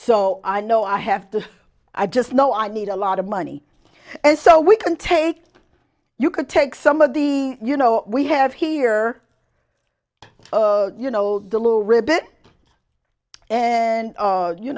so i know i have to i just know i need a lot of money and so we can take you could take some of the you know we have here you know the little ribbit and